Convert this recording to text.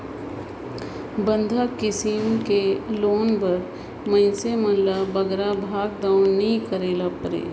बंधक किसिम कर लोन बर मइनसे मन ल बगरा भागदउड़ नी करे ले परे